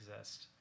exist